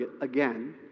again